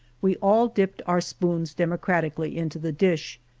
we all dipped our spoons demo cratically into the dish,